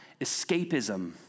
escapism